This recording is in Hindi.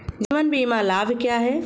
जीवन बीमा लाभ क्या हैं?